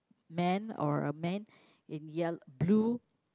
man or a man in yell~ blue